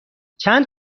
چند